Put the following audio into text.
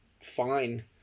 fine